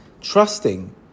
trusting